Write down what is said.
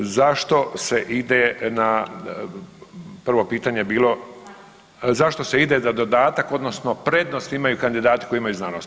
Zašto se ide na, prvo pitanje je bilo, zašto se ide na dodatak odnosno prednost imaju kandidati koji imaju znanosti.